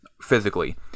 physically